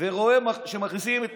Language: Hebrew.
ורואה שמכניסים את